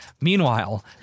Meanwhile